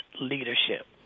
leadership